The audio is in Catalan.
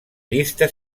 llista